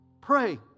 Pray